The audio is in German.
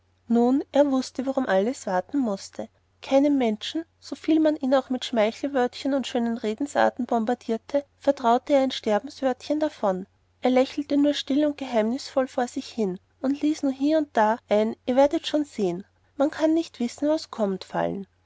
er wußte warum alles warten mußte keinem menschen soviel man ihn auch mit schmeichelwörtchen und schönen redensarten bombardierte vertraute er ein sterbenswörtchen davon er lächelte nur still und geheimnisvoll vor sich hin und ließ nur hie und da ein werdet schon sehen man kann nicht wissen was kommt fallen